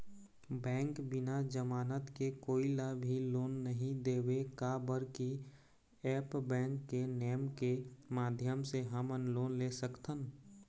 Bank बिना जमानत के कोई ला भी लोन नहीं देवे का बर की ऐप बैंक के नेम के माध्यम से हमन लोन ले सकथन?